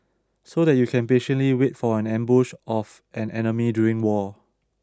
so that you can patiently wait for an ambush of an enemy during war